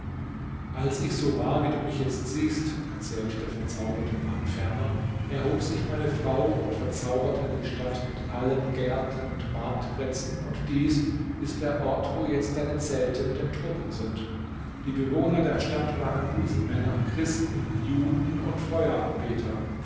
als ich so war wie du mich jetzt siehst erzählte der verzauberte mann ferner erhob sich meine frau und verzauberte die stadt mit allen gärten und marktplätzen und dies ist der ort wo jetzt deine zelte mit den truppen sind die bewohner der stadt waren muselmänner christen juden und